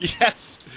Yes